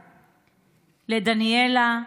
לדניאלה,